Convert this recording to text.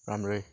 हाम्रै